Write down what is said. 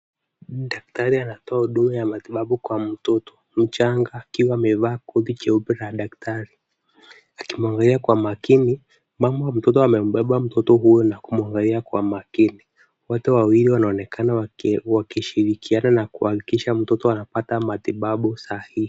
Daktari anatoa huduma ya matibabu kwa mtoto mchanga akiwa amevaa koti jeupe la daktari, akimwangalia kwa makini. Mama mtoto amembeba mtoto huyo na kumwangalia kwa makini. Wote wawili wanaonekana waki wakishirikiana na kuhakikisha mtoto anapata matibabu sahihi.